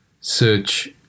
search